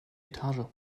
etage